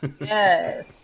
Yes